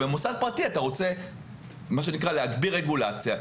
במוסד פרטי אתה רוצה מה שנקרא להגביר רגולציה,